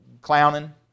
clowning